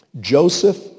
Joseph